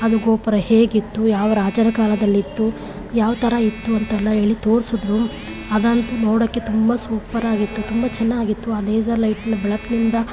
ಅದು ಗೋಪುರ ಹೇಗಿತ್ತು ಯಾವ ರಾಜರ ಕಾಲದಲ್ಲಿತ್ತು ಯಾವ ಥರ ಇತ್ತು ಅಂತೆಲ್ಲ ಹೇಳಿ ತೋರ್ಸಿದ್ರು ಅದಂತೂ ನೋಡೋಕೆ ತುಂಬ ಸೂಪರಾಗಿತ್ತು ತುಂಬ ಚೆನ್ನಾಗಿತ್ತು ಆ ಲೇಸರ್ ಲೈಟ್ನ ಬೆಳಕಿನಿಂದ